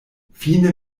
fine